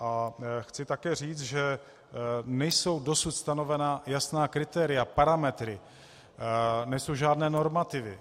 A chci také říct, že nejsou dosud stanovena jasná kritéria, parametry, nejsou žádné normativy.